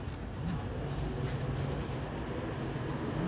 ತೆಂಗಿನ ಬೆಳೆಗೆ ಕಪ್ಪು ಮಣ್ಣು ಆಗ್ಬಹುದಾ?